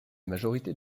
majorité